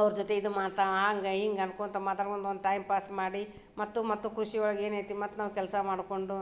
ಅವ್ರ ಜೊತೆ ಇದು ಮಾತಾ ಹಂಗ ಹಿಂಗ ಅಂದ್ಕೊಂತ ಮಾತಾಡ್ಕೊಳ್ತಾ ಒಂದು ಟೈಮ್ ಪಾಸ್ ಮಾಡಿ ಮತ್ತು ಮತ್ತು ಕೃಷಿ ಒಳ್ಗೆ ಏನೈತಿ ಮತ್ತು ನಾವು ಕೆಲಸ ಮಾಡಿಕೊಂಡು